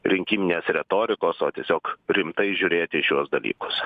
rinkiminės retorikos o tiesiog rimtai žiūrėti į šiuos dalykus